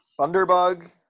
Thunderbug